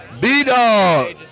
B-Dog